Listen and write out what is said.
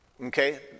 Okay